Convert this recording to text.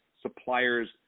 suppliers